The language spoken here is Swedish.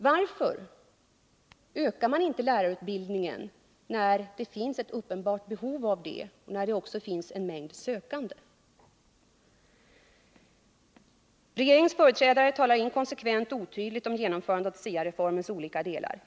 Varför utökar man inte antalet platser inom lärarutbildningen när det finns ett uppenbart behov och när det finns en mängd sökande? Regeringens företrädare talar inkonsekvent och otydligt om genomförandet av SIA-reformens olika delar.